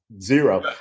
zero